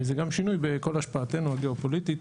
זה גם שינוי בכל השפעתנו הגיאופוליטית,